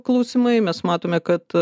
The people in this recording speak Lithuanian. klausimai mes matome kad